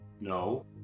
No